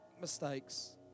mistakes